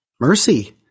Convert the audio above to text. mercy